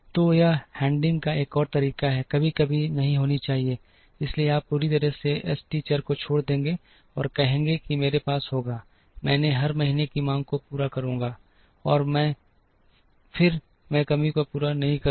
तो यह हैंडलिंग का एक और तरीका है कभी कभी कमी नहीं होनी चाहिए इसलिए आप पूरी तरह से एस टी चर को छोड़ देंगे और कहेंगे कि मेरे पास होगा मैं हर महीने की मांग को पूरा करूंगा और फिर मैं कमी को पूरा नहीं करूंगा